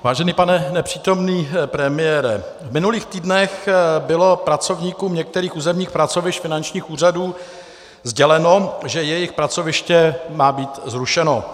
Vážený pane nepřítomný premiére, v minulých týdnech bylo pracovníkům některých územních pracovišť finančních úřadů sděleno, že jejich pracoviště má být zrušeno.